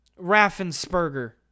raffensperger